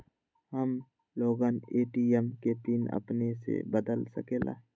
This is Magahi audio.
हम लोगन ए.टी.एम के पिन अपने से बदल सकेला?